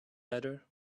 better